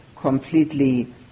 completely